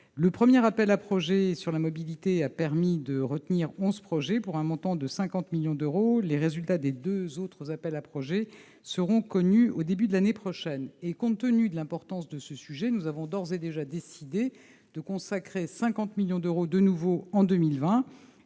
Le premier appel à projets sur la mobilité a permis de retenir onze projets pour un montant de 50 millions d'euros ; les résultats des deux autres seront connus au début de l'année prochaine. Compte tenu de l'importance du sujet, nous avons d'ores et déjà décidé d'y consacrer de nouveau 50 millions d'euros en 2020.